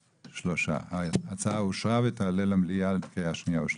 3. הצבעה אושר ההצעה אושרה ותעלה למליאה לקריאה שנייה ושלישית.